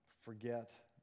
forget